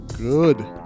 Good